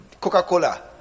Coca-Cola